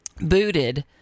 booted